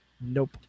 Nope